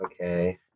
Okay